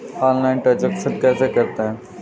Online transaction कैसे करते हैं?